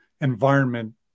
environment